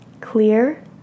clear